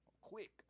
quick